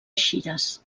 eixides